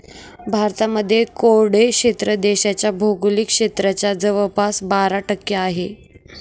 भारतामध्ये कोरडे क्षेत्र देशाच्या भौगोलिक क्षेत्राच्या जवळपास बारा टक्के आहे